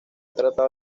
tratado